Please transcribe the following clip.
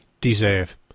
deserve